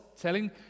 telling